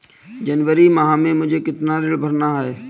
जनवरी माह में मुझे कितना ऋण भरना है?